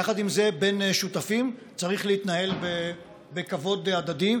יחד עם זה, בין שותפים צריך להתנהל בכבוד הדדי.